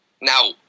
Now